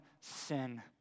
sin